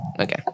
Okay